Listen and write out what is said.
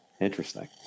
Interesting